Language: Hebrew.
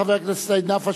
חבר הכנסת סעיד נפאע,